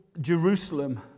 Jerusalem